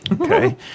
Okay